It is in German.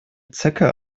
zecke